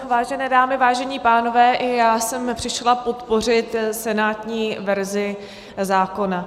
Vážené dámy, vážení pánové, i já jsem přišla podpořit senátní verzi zákona.